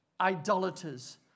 idolaters